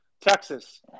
Texas